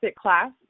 class